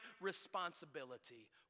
responsibility